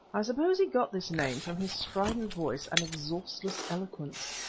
i suppose he got this name from his strident voice and exhaustless eloquence.